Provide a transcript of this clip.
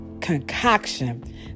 concoction